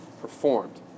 performed